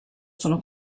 sono